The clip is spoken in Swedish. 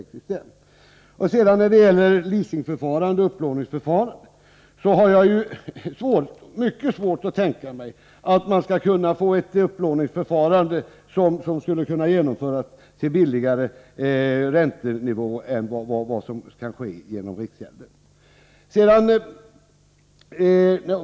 Nr 146 När det gäller leasingförfarande och upplåningsförfarande har jag mycket Torsdagen den svårt att tänka mig att man skulle kunna genomföra upplåningar till lägre 17 maj 1984 räntenivå än vad som kan ske genom riksgälden.